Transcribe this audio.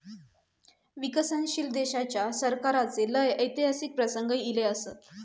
विकसनशील देशाच्या सरकाराचे लय ऐतिहासिक प्रसंग ईले असत